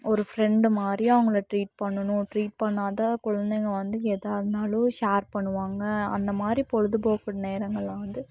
ஒரு ஃப்ரெண்டு மாதிரி அவங்கள டிரீட் பண்ணணும் டிரீட் பண்ணாதான் குழந்தைங்கள் வந்து ஏதா இருந்தாலும் ஷேர் பண்ணுவாங்க அந்த மாதிரி பொழுதுபோக்கு நேரங்களில் வந்து